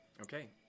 Okay